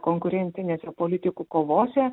konkurencinėse politikų kovose